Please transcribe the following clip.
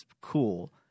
cool